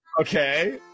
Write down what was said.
Okay